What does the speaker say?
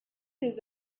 his